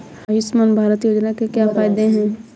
आयुष्मान भारत योजना के क्या फायदे हैं?